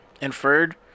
inferred